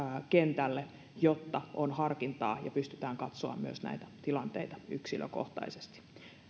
kentälle jotta on harkintaa ja pystytään katsomaan näitä tilanteita myös yksilökohtaisesti